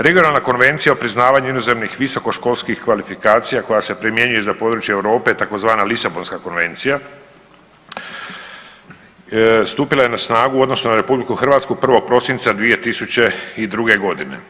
Regionalna Konvencija o priznavanju inozemnih visoko školskih kvalifikacija koja se primjenjuje i za područje Europe, tzv. Lisabonska konvencija stupila je na snagu u odnosu na RH 1. prosinca 2002. godine.